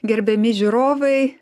gerbiami žiūrovai